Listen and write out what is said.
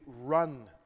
run